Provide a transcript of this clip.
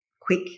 quick